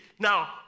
Now